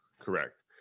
Correct